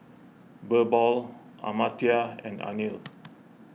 Birbal Amartya and Anil